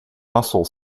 muscle